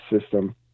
system